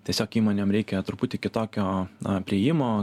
tiesiog įmonėm reikia truputį kitokio priėjimo